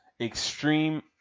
extreme